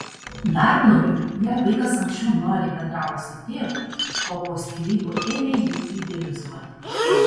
dar blogiau jei vaikas anksčiau noriai bendravo su tėvu o po skyrybų ėmė jį idealizuoti